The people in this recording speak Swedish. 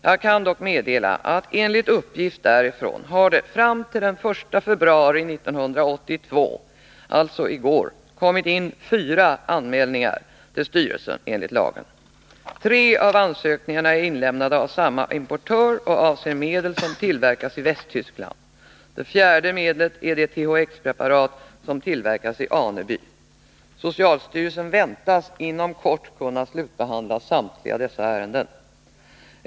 Jag kan dock meddela att enligt uppgift därifrån har det fram till den 1 februari 1982, alltså i går, kommit in fyra anmälningar till styrelsen enligt lagen. Tre av ansökningarna är inlämnade av samma importör och avser medel som tillverkas i Västtyskland. Det fjärde medlet är det THX-preparat som tillverkas i Aneby. Socialstyrelsen väntas inom kort kunna slutbehandla samtliga dessa ärenden.